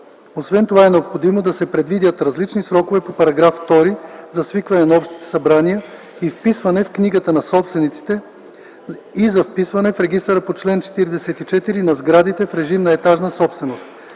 Освен това е необходимо да се предвидят различни срокове по § 2 за свикване на общото събрание и вписване в книгата на собствениците и за вписване в регистъра по чл. 44 на сградите в режим на етажна собственост,